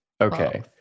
Okay